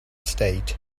stayed